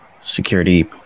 security